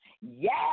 Yes